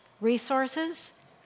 resources